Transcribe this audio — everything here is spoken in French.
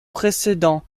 précédent